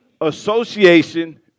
Association